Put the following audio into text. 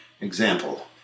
Example